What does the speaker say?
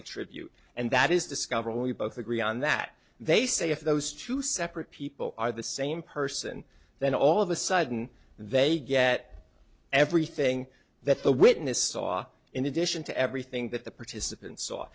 attribute and that is discover we both agree on that they say if those two separate people are the same person then all of a sudden they get everything that the witness saw in addition to everything that the participants saw